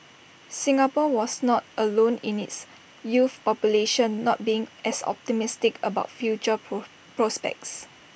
Singapore was not alone in its youth population not being as optimistic about future pro prospects